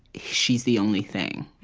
she's the only thing.